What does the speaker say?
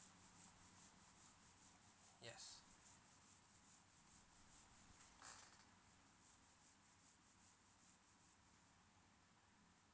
yes